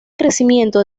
crecimiento